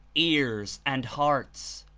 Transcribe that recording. ears and hearts.